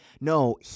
no